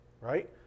Right